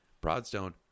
broadstone